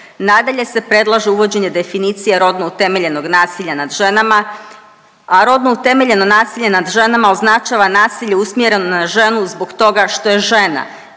Nadalje se predlaže uvođenje definicija rodno utemeljenog nasilja nad ženama, a rodno utemeljeno nasilje nad ženama označava nasilje usmjereno na ženu zbog toga što je žena